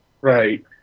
Right